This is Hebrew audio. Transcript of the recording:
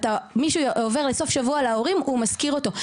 מי שעובר לסוף שבוע לבית של ההורים הוא משכיר אותו.